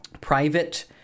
private